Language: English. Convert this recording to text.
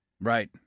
Right